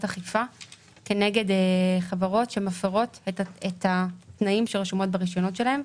אכיפה כנגד חברות שמפרות את התנאים שרשומים ברישיונות שלהם.